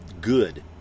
good